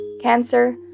cancer